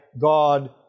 God